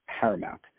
paramount